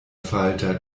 falter